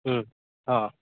ହଁ